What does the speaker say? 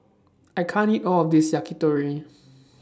I can't eat All of This Yakitori